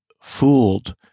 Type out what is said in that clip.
fooled